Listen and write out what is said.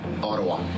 Ottawa